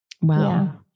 Wow